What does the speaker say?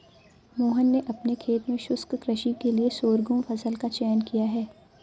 मोहन ने अपने खेत में शुष्क कृषि के लिए शोरगुम फसल का चयन किया है